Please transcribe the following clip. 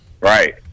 Right